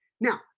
Now